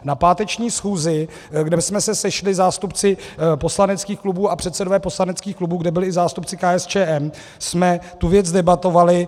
Na páteční schůzi, kde jsme se sešli zástupci poslaneckých klubů a předsedové poslaneckých klubů, kde byli i zástupci KSČM, jsme tu věc debatovali.